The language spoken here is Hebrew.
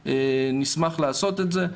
נשמח לעשות את זה.